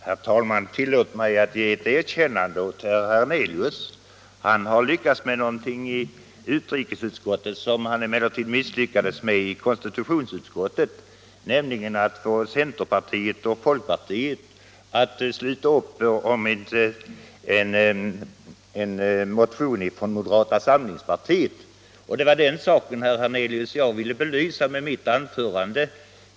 Herr talman! Tillåt mig att ge ett erkännande åt herr Hernelius. Han har lyckats med någonting i utrikesutskottet som han emellertid misslyckats med i konstitutionsutskottet, nämligen att få folkpartiet och centerpartiet att sluta upp kring en motion från moderata samlingspartiet. Det var den saken, herr Hernelius, jag ville belysa med mitt anförande.